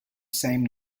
same